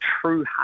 true